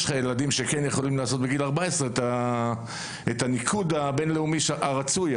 יש ילדים שיכולים להגיע לניקוד הרצוי כבר בגיל 14,